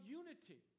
unity